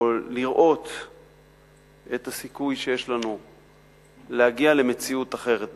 או לראות את הסיכוי שיש לנו להגיע למציאות אחרת.